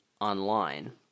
online